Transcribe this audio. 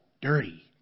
dirty